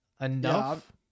enough